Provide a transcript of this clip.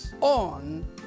on